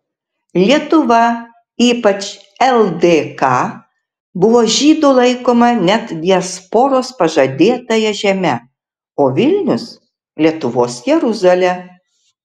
lietuva ypač ldk buvo žydų laikoma net diasporos pažadėtąja žeme o vilnius lietuvos jeruzale